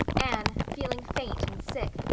anne, feeling faint and sick,